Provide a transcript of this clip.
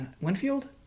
Winfield